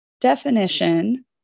definition